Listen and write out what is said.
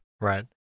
right